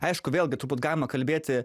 aišku vėlgi turbūt galima kalbėti